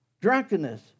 drunkenness